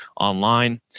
online